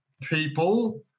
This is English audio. people